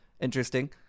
interesting